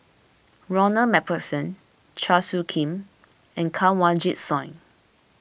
Ronald MacPherson Chua Soo Khim and Kanwaljit Soin